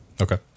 Okay